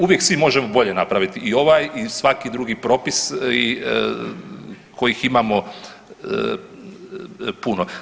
Uvijek svi možemo bolje napraviti i ovaj i svaki drugi propis kojih imamo puno.